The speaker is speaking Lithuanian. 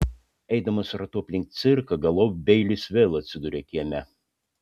eidamas ratu aplink cirką galop beilis vėl atsiduria kieme